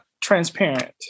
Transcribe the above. Transparent